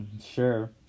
sure